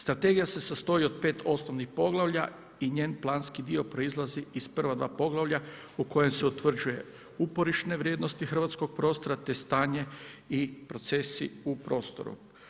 Strategija se sastoji od 5 osnovnih poglavlja i njen planski dio proizlazi iz prva dva poglavlja u kojem se utvrđuju uporišne vrijednosti hrvatskog prostora te stanje i procesi u prostoru.